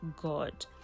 God